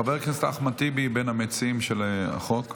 חבר הכנסת אחמד טיבי, בין המציעים של החוק.